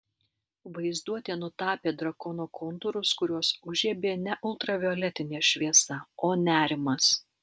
vaizduotė nutapė drakono kontūrus kuriuos užžiebė ne ultravioletinė šviesa o nerimas